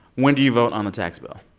when do you vote on the tax bill?